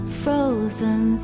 frozen